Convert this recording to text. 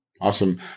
Awesome